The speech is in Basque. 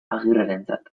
agirrerentzat